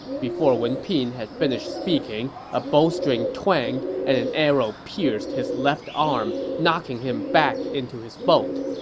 before wen pin had finished speaking, a bowstring twanged, and an arrow pierced his left arm, knocking him back into his boat.